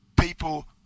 people